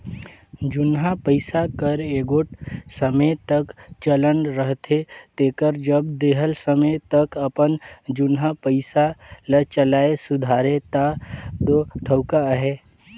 जुनहा पइसा कर एगोट समे तक चलन रहथे तेकर जब देहल समे तक अपन जुनहा पइसा ल चलाए सुधारे ता दो ठउका अहे